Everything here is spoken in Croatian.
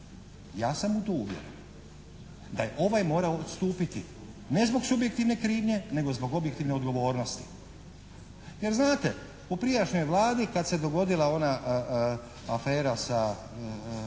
ja sam u to uvjeren. Da je ovaj morao odstupiti ne zbog subjektivne krivnje nego zbog objektivne odgovornosti. Jer znate u prijašnjoj Vladi kada se dogodila ona afera sa